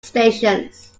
stations